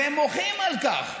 והם מוחים על כך,